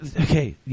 Okay